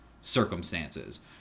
circumstances